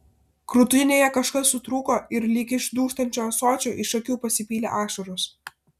krūtinėje kažkas sutrūko ir lyg iš dūžtančio ąsočio iš akių pasipylė ašaros